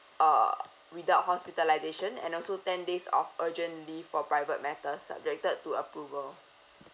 uh without hospitalisation and also ten days of urgent leave for private matter subjected to approval